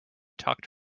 talked